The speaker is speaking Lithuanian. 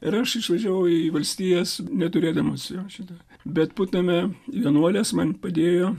ir aš išvažiavau į valstijas neturėdamas jo šito bet putname vienuolės man padėjo